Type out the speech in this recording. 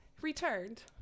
returned